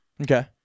Okay